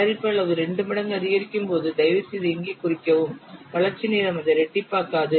தயாரிப்பு அளவு 2 மடங்கு அதிகரிக்கும் போது தயவுசெய்து இங்கே குறிக்கவும் வளர்ச்சி நேரம் அதை இரட்டிப்பாக்காது